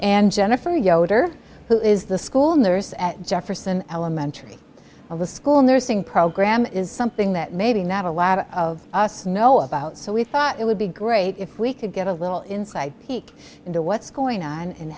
and jennifer yoder who is the school nurse at jefferson elementary school nursing program is something that maybe not a lot of us know about so we thought it would be great if we could get a little insight into what's going on in